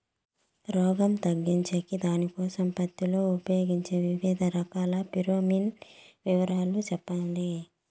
రోగం తగ్గించేకి దానికోసం పత్తి లో ఉపయోగించే వివిధ రకాల ఫిరోమిన్ వివరాలు సెప్పండి